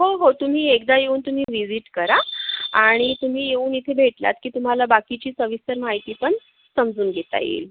हो हो तुम्ही एकदा येऊन तुम्ही विजिट करा आणि तुम्ही येऊन इथे भेटलात की तुम्हाला बाकीची सविस्तर माहिती पण समजून घेता येईल